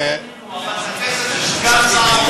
זה כסף שאנחנו בחרנו ופינינו,